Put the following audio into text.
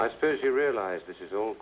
i suppose you realize this is all